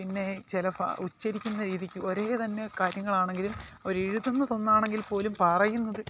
പിന്നെ ചില ഭാ ഉച്ഛരിക്കുന്ന രീതിക്ക് ഒരേ തന്നെ കാര്യങ്ങളാണെങ്കിലും അവരെഴുതുന്നതൊന്നാണെങ്കിൽ പോലും പറയുന്നത്